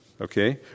Okay